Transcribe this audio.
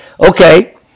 Okay